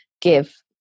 give